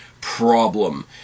problem